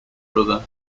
brother